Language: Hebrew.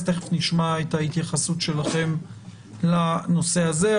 תכף נשמע את ההתייחסות שלכם לנושא הזה.